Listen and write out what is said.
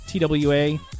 TWA